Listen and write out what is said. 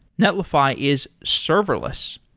netlify is serverless.